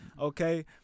okay